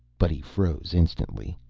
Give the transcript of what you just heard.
but he froze instantly.